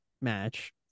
match